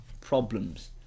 problems